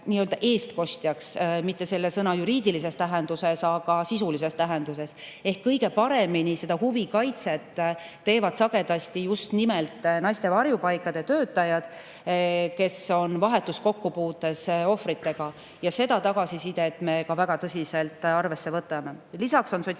nii-öelda eestkostjaks – mitte selle sõna juriidilises tähenduses, vaid sisulises tähenduses. Ehk kõige paremini seda huvikaitset teevad sagedasti just nimelt naiste varjupaikade töötajad, kes on vahetus kokkupuutes ohvritega, ja seda tagasisidet me võtame väga tõsiselt arvesse. Lisaks on